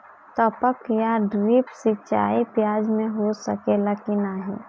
टपक या ड्रिप सिंचाई प्याज में हो सकेला की नाही?